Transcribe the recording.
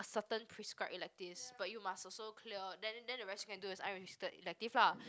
certain prescribed electives but you must also clear then then the rest you can do is unrestricted elective lah